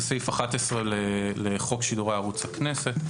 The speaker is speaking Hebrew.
זה סעיף 11 לחוק שידורי ערוץ הכנסת,